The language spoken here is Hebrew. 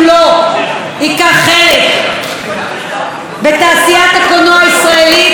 חלק בתעשיית הקולנוע הישראלית החשובה,